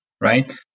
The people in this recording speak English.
right